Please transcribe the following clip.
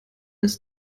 ist